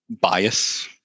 bias